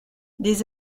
des